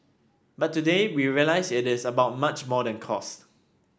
but today we realise it is about much more than cost